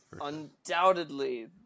undoubtedly